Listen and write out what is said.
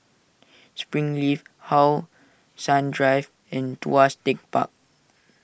Springleaf How Sun Drive and Tuas Tech Park